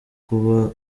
kuba